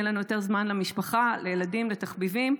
יהיה לנו יותר זמן למשפחה, לילדים, לתחביבים.